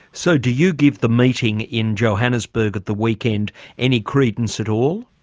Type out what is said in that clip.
so do you give the meeting in johannesburg at the weekend any credence at all?